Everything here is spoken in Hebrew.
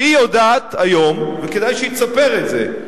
שהיא יודעת היום, וכדאי שהיא תספר את זה,